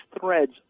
threads